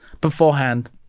beforehand